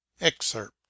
Excerpt